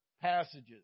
passages